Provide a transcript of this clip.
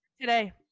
today